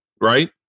right